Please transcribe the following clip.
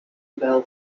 bell